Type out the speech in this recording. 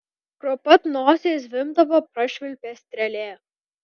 pro pat nosį zvimbdama prašvilpė strėlė